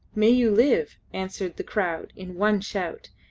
may you live! answered the crowd in one shout,